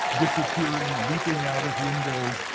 disappearing, leaping out of windows.